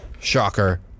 shocker